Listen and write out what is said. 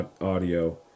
audio